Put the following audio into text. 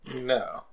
No